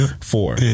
Four